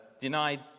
denied